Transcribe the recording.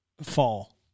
fall